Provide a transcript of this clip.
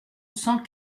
cent